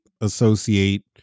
associate